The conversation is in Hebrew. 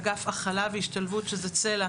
אגב הכלה והשתלבות שזה צלע